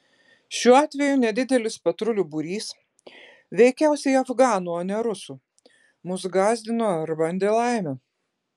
šiuo atveju nedidelis patrulių būrys veikiausiai afganų o ne rusų mus gąsdino ar bandė laimę